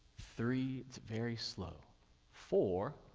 three it's very slow four,